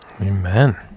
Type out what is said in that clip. Amen